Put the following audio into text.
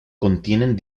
contienen